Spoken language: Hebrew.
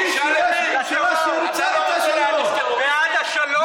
בלי שיש ממשלה שרוצה, בעד השלום